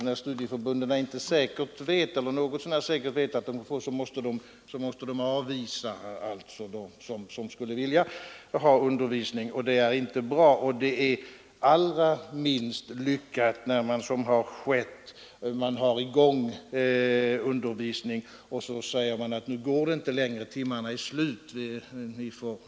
När studieförbunden inte något så när säkert vet att de får timmar måste de avvisa dem som skulle vilja ha undervisning, och det är inte bra. Det är allra minst lyckat när man, som skett, har i gång undervisning och måste säga: ”Nu går det inte längre, timmarna är slut.